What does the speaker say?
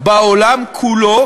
בעולם כולו,